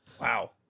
Wow